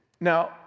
Now